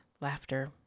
laughter